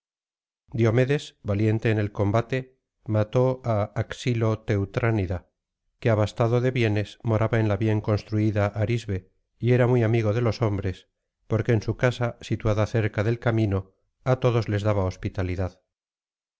diomedes valiente en el combate mató á axilo teutránida que abastado de bienes moraba en la bien construida arisbe y era muy amigo de los hombres porque en su casa situada cerca del camino á todos les daba hospitalidad